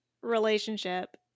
relationship